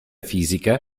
fisica